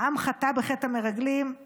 העם חטא בחטא המרגלים,